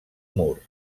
mur